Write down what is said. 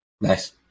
Nice